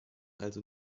also